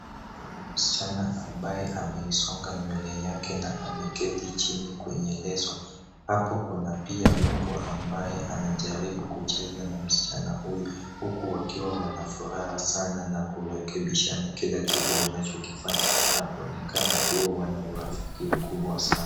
Kuna msichana ambaye ameisonga nywele yake na ameketi chini kwenye leso. Hapo kuna pia mbwa ambaye anajaribu kucheza na msichana huyo huku wakiwa wana furaha sana na kurekebishana kila kitu wanachokifanya na kuonekana kuwa wana urafiki mkubwa sana.